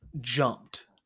jumped